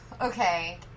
Okay